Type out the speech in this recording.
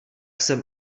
jsem